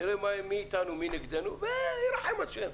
נראה מי איתנו, מי נגדנו, וירחם השם.